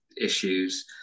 issues